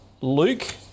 luke